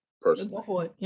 personally